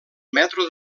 metro